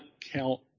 count